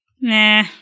Nah